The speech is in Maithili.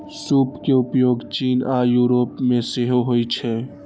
सूप के उपयोग चीन आ यूरोप मे सेहो होइ छै